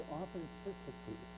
authenticity